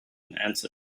answered